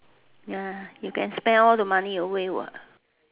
ya you can spend all the money away what